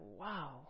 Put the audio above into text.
wow